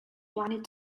wanted